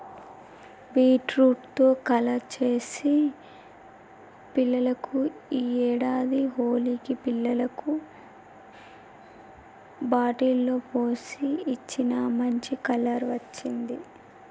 beetroot తో colour చేసి పిల్లలకు ఈ ఏడాది హోలికి పిల్లలకు బాటిల్ లో పోసి ఇచ్చిన, మంచి కలర్ వచ్చింది